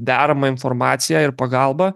deramą informaciją ir pagalbą